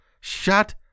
shut